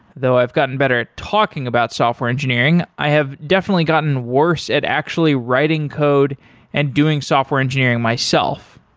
though i've gotten better at talking about software engineering, i have definitely gotten worse at actually writing code and doing software engineering myself.